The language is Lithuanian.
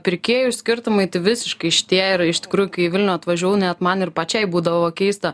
pirkėjų skirtumai tai visiškai šitie yra iš tikrųjų kai į vilnių atvažiavau net man ir pačiai būdavo keista